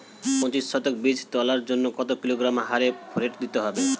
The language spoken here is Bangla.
পঁচিশ শতক বীজ তলার জন্য কত কিলোগ্রাম হারে ফোরেট দিতে হবে?